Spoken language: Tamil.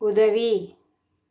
உதவி